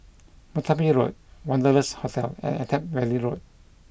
Merpati Road Wanderlust Hotel and Attap Valley Road